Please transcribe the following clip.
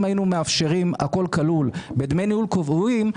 אם היינו מאפשרים הכול כלול בדמי ניהול קבועים,